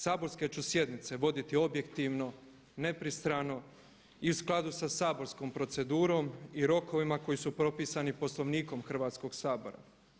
Saborske ću sjednice voditi objektivno, nepristrano i u skladu sa saborskom procedurom i rokovima koji su propisani Poslovnikom Hrvatskog sabora.